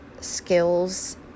skills